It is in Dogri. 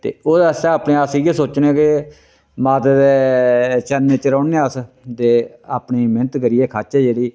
ते ओह्दे आस्तै अपने अस इ'यै सोचने आं के माता दे चरणें च रौह्ने आं अस ते अपनी मैह्नत करियै खाचै जेह्ड़ी